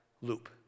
loop